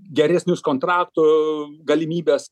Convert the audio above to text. geresnius kontraktų galimybes